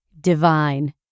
divine